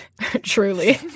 truly